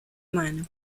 mano